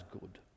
good